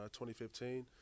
2015